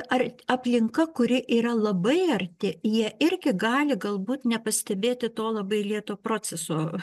ar aplinka kuri yra labai arti jie irgi gali galbūt nepastebėti to labai lėto proceso